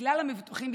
לכלל המבוטחים,